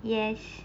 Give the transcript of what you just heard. yes